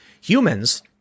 Humans